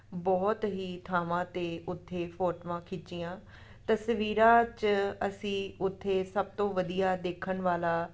ਬਹੁਤ ਹੀ ਥਾਵਾਂ 'ਤੇ ਉੱਥੇ ਫੋਟੋਆਂ ਖਿੱਚੀਆਂ ਤਸਵੀਰਾਂ 'ਚ ਅਸੀਂ ਉੱਥੇ ਸਭ ਤੋਂ ਵਧੀਆ ਦੇਖਣ ਵਾਲਾ